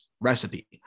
recipe